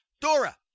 Dora